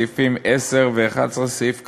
סעיפים 10 ו-11(ג).